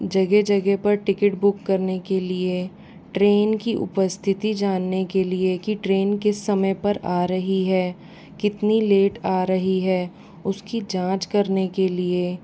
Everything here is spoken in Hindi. जगह जगह पर टिकट बुक करने के लिए ट्रेन की उपस्थिति जानने के लिए कि ट्रेन किस समय पर आ रही है कितनी लेट आ रही है उसकी जाँच करने के लिए